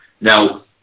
Now